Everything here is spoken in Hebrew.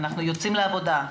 אנחנו יוצאים לעבודה.